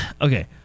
okay